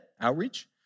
outreach